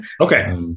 Okay